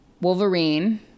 Wolverine